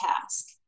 task